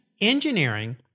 engineering